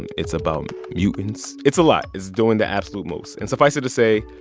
and it's about mutants. it's a lot. it's doing the absolute most. and suffice it to say,